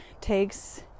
takes